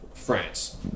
France